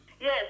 Yes